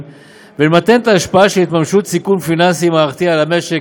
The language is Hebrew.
ולמתן את ההשפעה של התממשות סיכון פיננסי מערכתי על המשק,